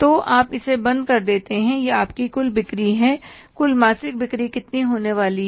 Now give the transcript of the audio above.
तो आप इसे बंद कर देते हैं ये आपकी कुल बिक्री हैं कुल मासिक बिक्री कितनी होने वाली है